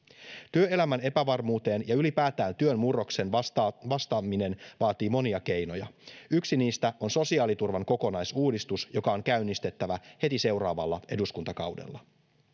työelämän epävarmuuteen ja ylipäätään työn murrokseen vastaaminen vastaaminen vaatii monia keinoja yksi niistä on sosiaaliturvan kokonaisuudistus joka on käynnistettävä heti seuraavalla eduskuntakaudella